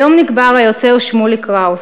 היום נקבר היוצר שמוליק קראוס.